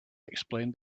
explained